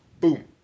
boom